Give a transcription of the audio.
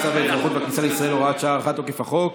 חוק האזרחות והכניסה לישראל (הוראת שעה) הארכת תוקף החוק.